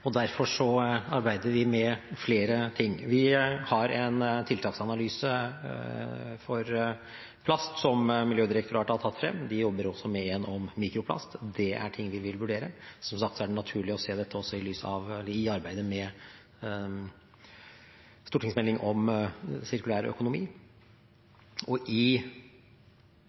arbeider vi med flere ting. Vi har en tiltaksanalyse for plast som Miljødirektoratet har jobbet frem. De jobber også med en om mikroplast. Det er ting vi vil vurdere. Som sagt er det naturlig å se arbeidet med stortingsmeldingen om sirkulær økonomi i lys av dette. I